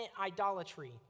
idolatry